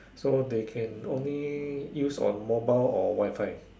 so they can only use on mobile or Wifi